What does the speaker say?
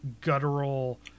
guttural